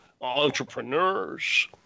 entrepreneurs